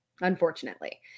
unfortunately